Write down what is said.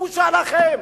בושה לכם,